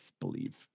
believe